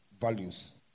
values